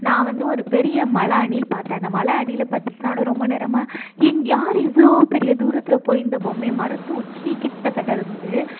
நான் வந்து ஒரு பெரிய மலை அணில் பார்த்தேன் அந்த மலை அணிலை பற்றி நானும் ரொம்ப நேரமாக யார் இவ்வளோ பெரிய தூரத்தில் இந்த பொம்மையை மரத்து உச்சி கிட்டத்தட்ட இருந்தது